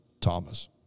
Thomas